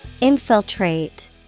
Infiltrate